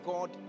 God